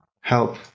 help